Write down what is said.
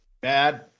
bad